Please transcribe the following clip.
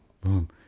boom